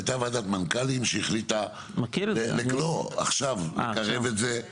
הייתה ועדת מנכ"לים שהחליטה לקרב את זה עוד יותר.